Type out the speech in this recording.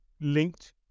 linked